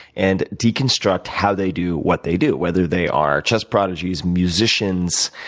and deconstruct how they do what they do, whether they are just prodigies, musicians,